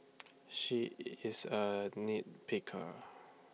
she is A nit picker